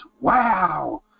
Wow